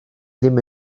ddim